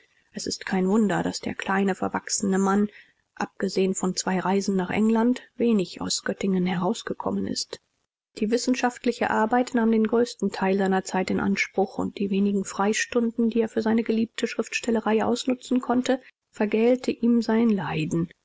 es ist kein wunder daß der kleine verwachsene mann abgesehn von zwei reisen nach england wenig aus göttingen herausgekommen ist die wissenschaftliche arbeit nahm den größten teil seiner zeit in anspruch und die wenigen freistunden die er für seine geliebte schriftstellerei ausnutzen konnte vergällte ihm sein leiden